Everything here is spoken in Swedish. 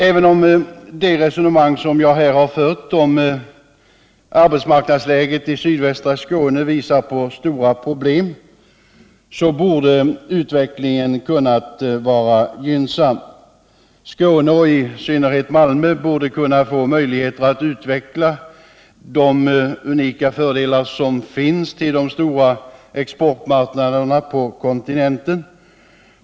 Även om det resonemang som jag här har fört om arbetsmarknadsläget i sydvästra Skåne visar på stora problem så borde utvecklingen kunna vara gynnsam. Skåne och i synnerhet Malmö borde kunna få möjligheter att utveckla de unika fördelar som ligger i närheten till de stora exportmarknaderna på kontinenten.